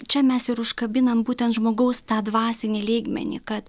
čia mes ir užkabinam būtent žmogaus tą dvasinį lygmenį kad